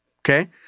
Okay